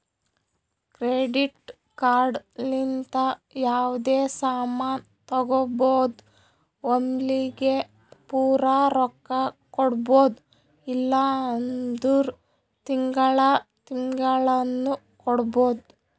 credit card ಲಿಂತ ಯಾವ್ದೇ ಸಾಮಾನ್ ತಗೋಬೋದು ಒಮ್ಲಿಗೆ ಪೂರಾ ರೊಕ್ಕಾ ಕೊಡ್ಬೋದು ಇಲ್ಲ ಅಂದುರ್ ತಿಂಗಳಾ ತಿಂಗಳಾನು ಕೊಡ್ಬೋದು